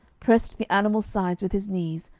pressed the animal's sides with his knees,